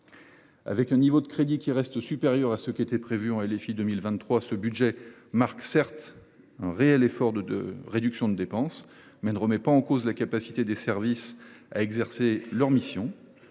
Avec des niveaux de crédits qui restent supérieurs à ceux qui étaient prévus dans la LFI 2023, ce budget marque certes un réel effort de réduction des dépenses, mais il ne remet pas en cause la capacité des services à exercer leurs missions.